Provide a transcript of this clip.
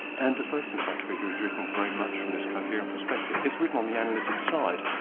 and the first encyclopaedia was written very much from this coherent perspective. it's written on the analytic side,